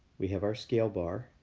we have our scale bar.